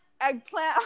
eggplant